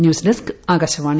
news desk Akashvani